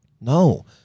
No